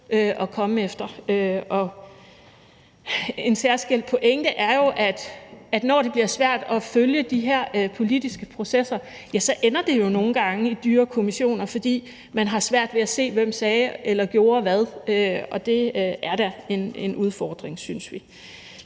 at komme efter. En særskilt pointe er jo, at når det bliver svært at følge de her politiske processer, ender det nogle gange i dyre kommissioner, fordi man har svært ved at se, hvem der sagde eller gjorde hvad. Det synes vi da er en udfordring. Så jeg